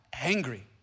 angry